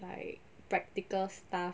like practical stuff